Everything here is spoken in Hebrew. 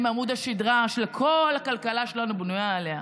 הם עמוד השדרה שכל הכלכלה שלנו בנויה עליו,